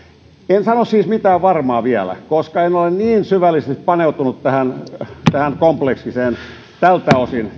en sano siis mitään varmaa vielä koska en ole niin syvällisesti paneutunut tähän lakiesityksen kompleksisuuteen tältä osin